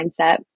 mindset